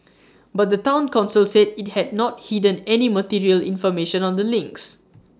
but the Town Council said IT had not hidden any material information on the links